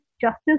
justice